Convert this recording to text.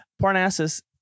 Parnassus